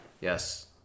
Yes